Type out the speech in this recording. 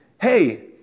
hey